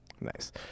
Nice